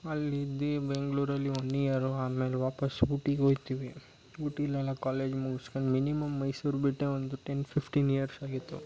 ಅಲ್ಲಿದ್ದು ಬೆಂಗಳೂರಲ್ಲಿ one year ಆಮೇಲೆ ವಾಪಸ್ ಊಟಿಗೆ ಓಯ್ತೀವಿ ಊಟಿಲೆಲ್ಲ ಕಾಲೇಜ್ ಮುಗಿಸ್ಕೊಂಡ್ ಮಿನಿಮಮ್ ಮೈಸೂರು ಬಿಟ್ಟೆ ಒಂದು ಟೆನ್ ಫಿಫ್ಟಿನ್ ಇಯರ್ಸ್ ಆಗಿತ್ತು